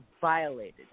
violated